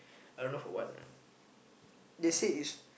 I don't know for what ah they say it's